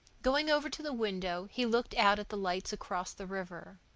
going over to the window, he looked out at the lights across the river.